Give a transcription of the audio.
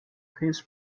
his